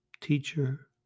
Teacher